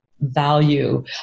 value